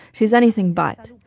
she's anything but.